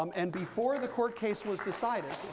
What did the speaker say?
um and before the court case was decided,